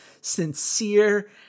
sincere